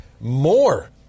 more